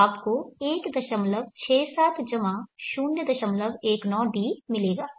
तो आपको 167 019 d मिलेगा